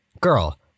Girl